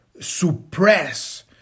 suppress